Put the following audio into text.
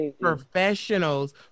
professionals